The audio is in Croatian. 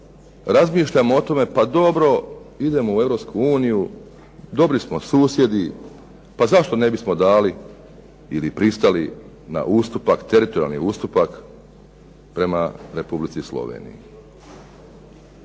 razmišljam o tome, pa dobro idemo u Europsku uniju, dobri smo susjedi, pa zašto ne bismo dali ili pristali na teritorijalni ustupak prema Republici Sloveniji.